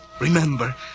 Remember